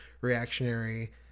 reactionary